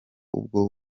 ubwo